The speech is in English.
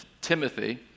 Timothy